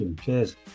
Cheers